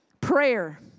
prayer